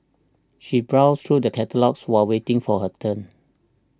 she browsed through the catalogues will waiting for her turn